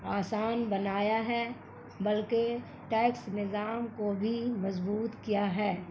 آسان بنایا ہے بلکہ ٹیکس نظام کو بھی مضبوط کیا ہے